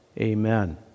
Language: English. Amen